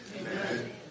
Amen